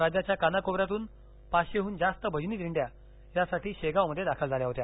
राज्याच्या कानाकोपऱ्यातून पाचशे हून जास्त भजनी दिंड्या यासाठी शेगावमध्ये दाखल झाल्या होत्या